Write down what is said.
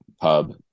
pub